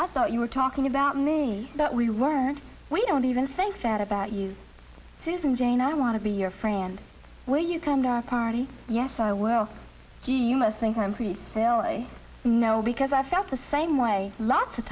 i thought you were talking about me but we weren't we don't even think that about you susan jane i want to be your friend when you come to our party yes i will do you must think i'm free now i know because i felt the same way lots of